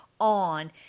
on